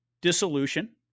dissolution